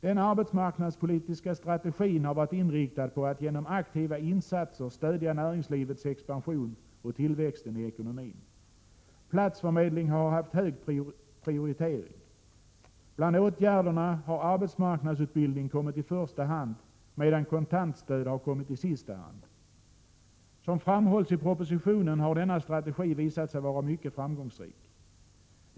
Den arbetsmarknadspolitiska strategin har varit inriktad på att genom aktiva insatser stödja näringslivets expansion och tillväxten i ekonomin. Platsförmedling har haft hög prioritet. Bland åtgärderna har arbetsmarknadsutbildning kommit i första hand, medan kontantstöd har kommit i sista hand. Som framhålls i propositionen har denna strategi visat sig vara framgångsrik.